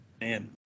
Man